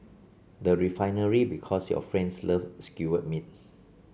the Refinery Because your friends love skewered meat